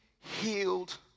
healed